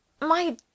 My